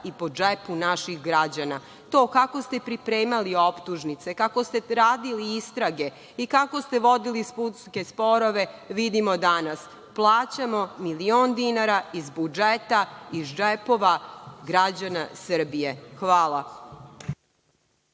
i po džepu naših građana. To kako ste pripremali optužnice, kako ste radili istrage i kako ste vodili sudske sporove, vidimo danas. Plaćamo milion dinara iz budžeta, iz džepova građana Srbije. Hvala.